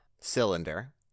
cylinder